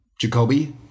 Jacoby